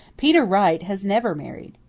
peter wright has never married.